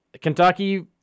Kentucky